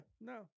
no